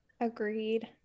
agreed